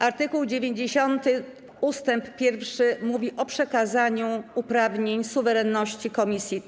Art. 90 ust. 1 mówi o przekazaniu uprawnień suwerenności komisji.